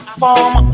form